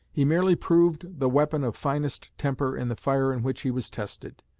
he merely proved the weapon of finest temper in the fire in which he was tested.